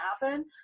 happen